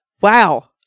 Wow